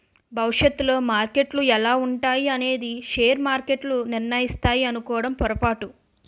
భవిష్యత్తులో మార్కెట్లు ఎలా ఉంటాయి అనేది షేర్ మార్కెట్లు నిర్ణయిస్తాయి అనుకోవడం పొరపాటు